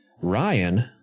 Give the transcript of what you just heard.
Ryan